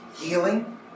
Healing